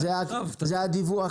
הישיבה